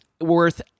worth